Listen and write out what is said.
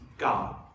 God